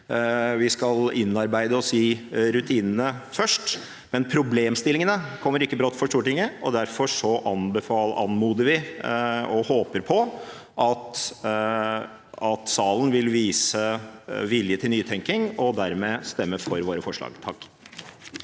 Vi skal innarbeide oss rutinene først, men problemstillingene kommer ikke brått på for Stortinget, derfor anmoder vi om og håper på at salen vil vise vilje til nytenkning og dermed stemme for våre forslag. Jens